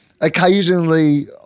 occasionally